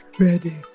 Ready